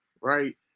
right